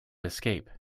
escape